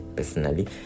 Personally